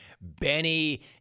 Benny